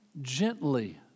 gently